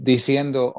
Diciendo